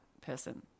person